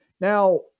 Now